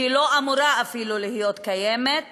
שהיא לא אמורה אפילו להיות קיימת